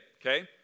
okay